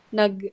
nag